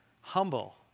Humble